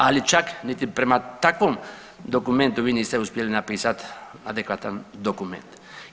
Ali čak niti prema takvom dokumentu vi niste uspjeli napisati adekvatan dokument.